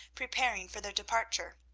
preparing for their departure.